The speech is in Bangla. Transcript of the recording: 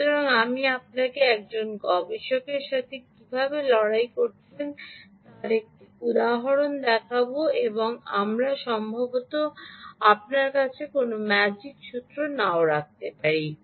সুতরাং আমি আপনাকে একজন গবেষক এর সাথে কীভাবে লড়াই করেছেন তার একটি উদাহরণ দেখাব এবং আমরা সম্ভবত আপনার কাছে কোনও ম্যাজিক সূত্র নাও রাখতে পারি